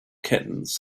kittens